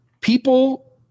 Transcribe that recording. People